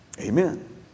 Amen